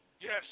Yes